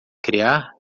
criar